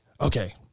okay